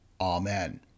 Amen